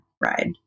ride